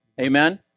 amen